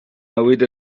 mywyd